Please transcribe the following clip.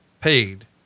paid